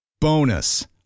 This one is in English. Bonus